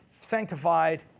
sanctified